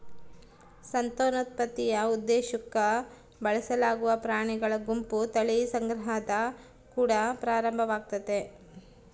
ಸಂತಾನೋತ್ಪತ್ತಿಯ ಉದ್ದೇಶುಕ್ಕ ಬಳಸಲಾಗುವ ಪ್ರಾಣಿಗಳ ಗುಂಪು ತಳಿ ಸಂಗ್ರಹದ ಕುಡ ಪ್ರಾರಂಭವಾಗ್ತತೆ